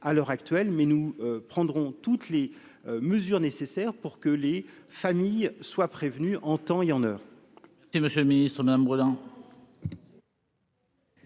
à l'heure actuelle mais nous prendrons toutes les mesures nécessaires pour que les familles soient prévenues en temps et en heure.